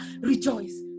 rejoice